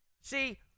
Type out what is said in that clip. See